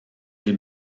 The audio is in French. îles